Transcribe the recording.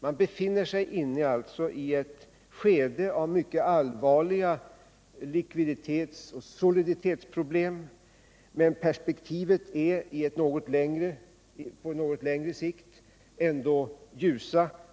Den är i ett skede av mycket allvarliga likviditetsoch soliditetsproblem, men perspektiven är på något längre sikt ändå ljusa.